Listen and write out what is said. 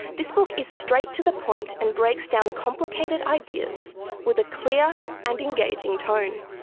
this book is straight to the point and breaks down complicated ideas with a clear and engaging tone.